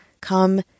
come